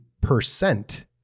percent